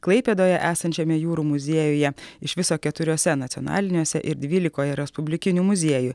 klaipėdoje esančiame jūrų muziejuje iš viso keturiuose nacionaliniuose ir dvylikoje respublikinių muziejų